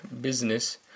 business